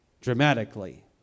dramatically